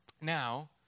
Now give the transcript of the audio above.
Now